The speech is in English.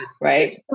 Right